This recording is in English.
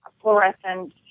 fluorescent